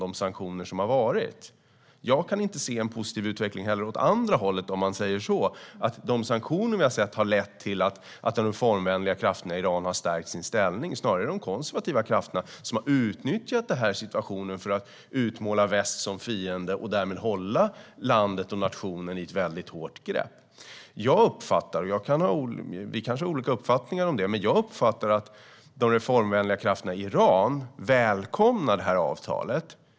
Jag kan inte heller se en positiv utveckling åt det andra hållet, att sanktionerna har lett till att de reformvänliga krafterna i Iran har stärkt sin ställning. Snarare är det de konservativa krafterna som har utnyttjat situationen för att utmåla väst som fiende och därmed hålla landet och nationen i ett hårt grepp. Vi kanske har olika uppfattningar om detta, men jag uppfattar att de reformvänliga krafterna i Iran välkomnar det här avtalet.